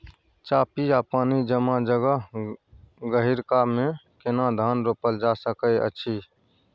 चापि या पानी जमा जगह, गहिरका मे केना धान रोपल जा सकै अछि?